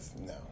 no